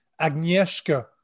Agnieszka